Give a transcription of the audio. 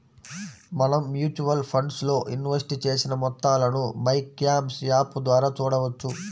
మనం mutual funds లో invest చేసిన మొత్తాలను మైక్యామ్స్ యాప్ ద్వారా చూడవచ్చు